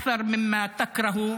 בחוץ,